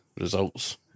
results